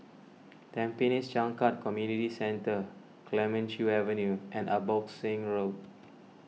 Tampines Changkat Community Centre Clemenceau Avenue and Abbotsingh Road